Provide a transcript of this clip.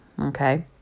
okay